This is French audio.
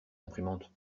imprimante